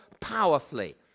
powerfully